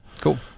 Cool